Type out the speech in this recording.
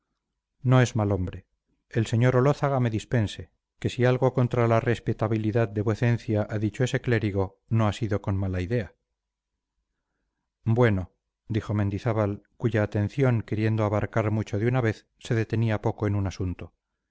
no es mal hombre el sr olózaga me dispense que si algo contra la respetabilidad de vuecencia ha dicho ese clérigo no ha sido con mala idea bueno dijo mendizábal cuya atención queriendo abarcar mucho de una vez se detenía poco en un asunto